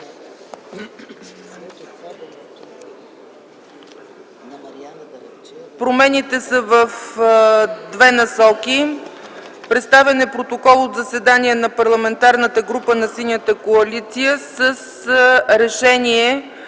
Промените са в две насоки: Представен е протокол от заседанието на Парламентарната група на Синята коалиция с решение